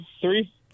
three